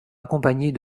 accompagnés